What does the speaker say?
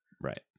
right